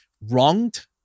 wronged